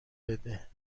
بده